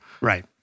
Right